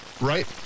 right